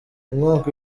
umwaka